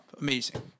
Amazing